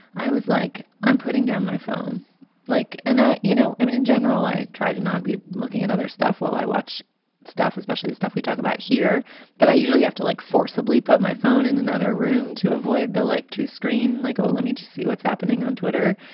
i was like, i'm putting down my phone like and i you know, i mean, in general, i try to not be looking at other stuff while i watch stuff, especially the stuff we talk about here that i usually have to, like, forcibly put my phone in another room to avoid the like to screen like, oh, let me just see what's happening on twitter.